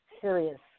serious